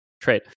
trade